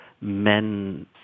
men